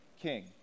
king